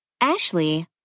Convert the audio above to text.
Ashley